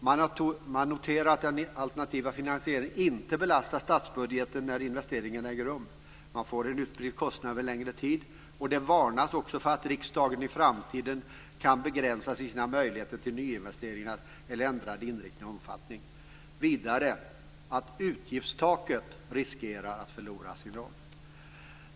Man noterar att den alternativa finansieringen inte belastar statsbudgeten enbart när investeringen äger rum, utan man får en utspridd kostnad över en längre tid. Det varnas också för att riksdagen i framtiden kan begränsas i sina möjligheter till nyinvesteringar eller ändrad inriktning och omfattning på investeringarna. Vidare säger man att utgiftstaket riskerar att förlora sin roll.